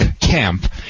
camp